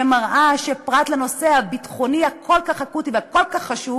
שמראה שפרט לנושא הביטחוני הכל-כך אקוטי והכל-כך חשוב,